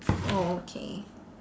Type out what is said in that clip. oh okay